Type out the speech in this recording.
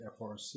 FRC